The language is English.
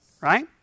right